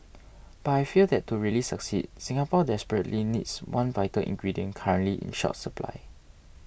but I fear that to really succeed Singapore desperately needs one vital ingredient currently in short supply